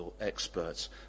experts